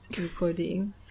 recording